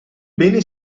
bene